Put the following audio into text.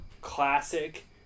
classic